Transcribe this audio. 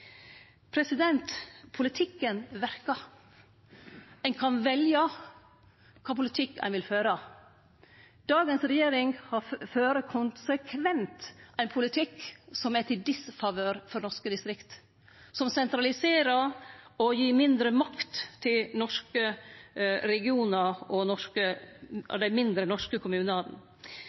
verkar. Ein kan velje kva politikk ein vil føre. Dagens regjering fører konsekvent ein politikk som er til disfavør for norske distrikt, som sentraliserer og gir mindre makt til norske regionar og dei mindre, norske kommunane.